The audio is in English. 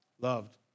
Loved